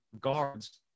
guards